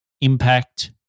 impact